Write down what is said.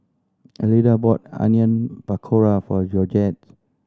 Elida bought Onion Pakora for Georgette